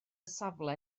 safle